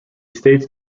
states